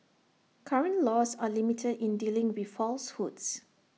current laws are limited in dealing with falsehoods